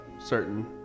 certain